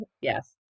Yes